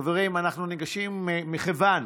חברים, מכיוון